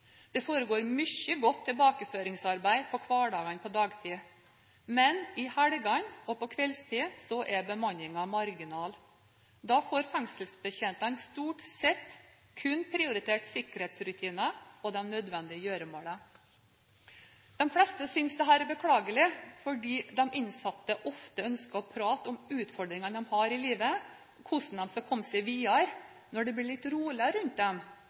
Det foregår mye godt tilbakeføringsarbeid på hverdagene på dagtid. Men i helgene og på kveldstid er bemanningen marginal. Da får fengselsbetjentene stort sett kun prioritert sikkerhetsrutiner og de nødvendige gjøremålene. De fleste synes dette er beklagelig, fordi de innsatte ofte ønsker å prate om utfordringene de har i livet og hvordan de skal komme seg videre når det blir litt roligere rundt dem,